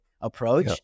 approach